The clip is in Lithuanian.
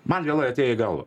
man vėlai atėjo į galvą